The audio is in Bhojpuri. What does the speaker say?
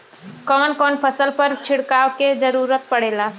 कवन कवन फसल पर छिड़काव के जरूरत पड़ेला?